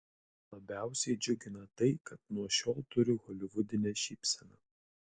labiausiai džiugina tai kad nuo šiol turiu holivudinę šypseną